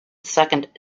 second